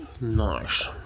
Nice